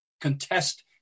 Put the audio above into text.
contest